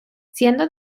siendo